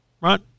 right